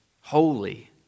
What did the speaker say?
holy